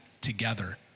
together